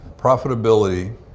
profitability